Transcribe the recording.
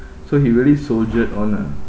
so he really soldiered on ah